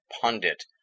pundit